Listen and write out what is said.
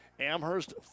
Amherst